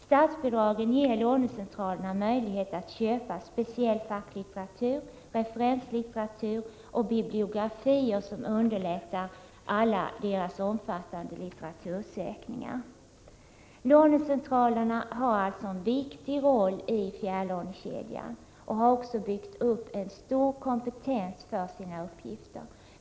Statsbidragen ger lånecentralerna möjlighet att köpa speciell facklitteratur, referenslitteratur och bibliografier som underlättar alla deras litteratursökningar. Lånecentralerna har alltså en viktig roll i fjärrlånekedjan och de har också byggt upp en stor kompetens för sina uppgifter.